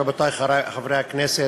רבותי חברי הכנסת,